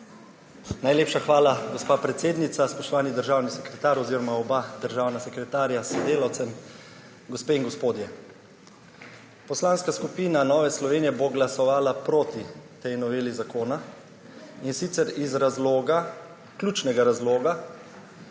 Najlepša hvala, gospa predsednica. Spoštovani državni sekretar oziroma oba državna sekretarja s sodelavcem, gospe in gospodje! Poslanska skupina Nove Slovenije bo glasovala proti tej noveli zakona, in sicer iz ključnega razloga,